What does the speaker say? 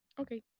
Okay